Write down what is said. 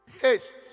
Haste